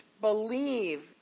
believe